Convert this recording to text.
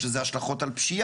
יש לזה השלכות על פשיעה.